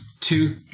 Two